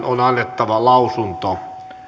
on annettava lausunto